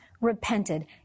repented